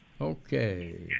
Okay